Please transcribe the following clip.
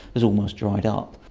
has almost dried up.